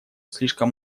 слишком